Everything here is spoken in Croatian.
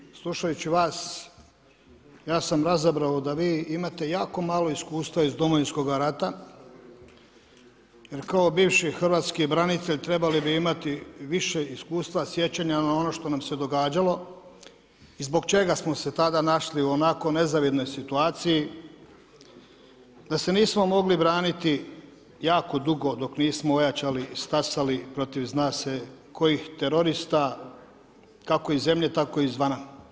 Kolega Vidović, slušajući vas, ja sam razabrao, da vi imate jako malo iskustva iz Domovinskoga rata, jer kao bivši hrvatski branitelj, trebali bi imati, više iskustva, sjećanja, na ono što nam se događalo i zbog čega smo se tada našli u onako nezavidnoj situaciji, da se nismo mogli braniti, jako dugo, dok nismo ojačali i stasali, protiv, zna se kojih terorista, kako iz zemlje, tako i iz vana.